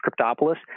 cryptopolis